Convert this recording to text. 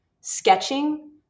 Sketching